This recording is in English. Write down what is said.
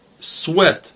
sweat